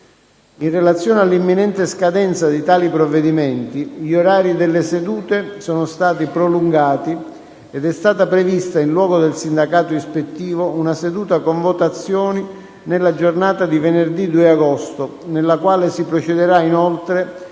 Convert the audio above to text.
In relazione all’imminente scadenza di tali provvedimenti, gli orari delle sedute sono stati prolungati ed e stata prevista, in luogo del sindacato ispettivo, una seduta con votazioni nella giornata di venerdı2 agosto, nella quale si procedera inoltre,